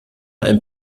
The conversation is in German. ein